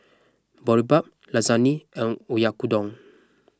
Boribap Lasagne and Oyakodon